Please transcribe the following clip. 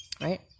right